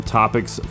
topics